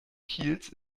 kiels